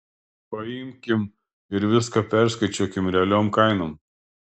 paimkim ir viską perskaičiuokim realiom kainom